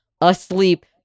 asleep